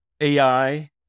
AI